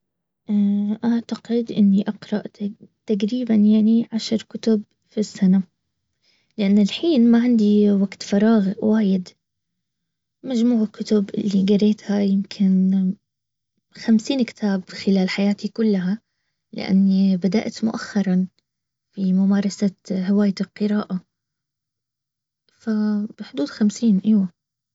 اعتقد اني اقرأ تقريبا يعني عشر كتب في السنة. يعني الحين ما عندي وقت فراغ وايد مجموع الكتب اللي قريتها يمكن خمسين كتاب خلال حياتي كلها. لاني بدأت مؤخرا. في ممارسة هوايه القرىءه ف-فحدود خمسين ايوه